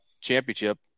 championship